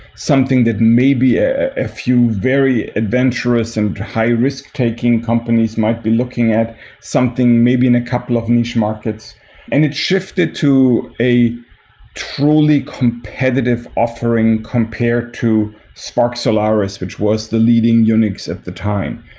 something that maybe ah a few very adventurous and high risk taking companies might be looking at something maybe in a couple of niche markets. and it shifted to a truly competitive offering compared to sparc solaris, which was the leading unix at the time.